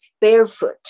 barefoot